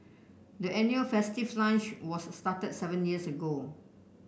the annual festive lunch was started seven years ago